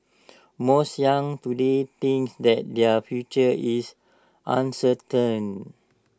most young today thinks that their future is uncertain